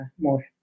more